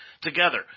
Together